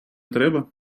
треба